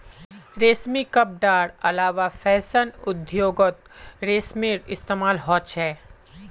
रेशमी कपडार अलावा फैशन उद्द्योगोत रेशमेर इस्तेमाल होचे